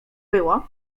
było